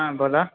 हॅं बोलो